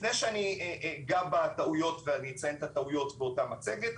לפני שאני אגע בטעויות ואני אציין את הטעויות באותה מצגת,